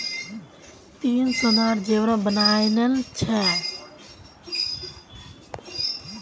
ती सोनार जेवर बनइल छि न